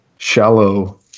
Shallow